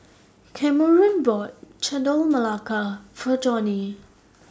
Kameron bought Chendol Melaka For Johnie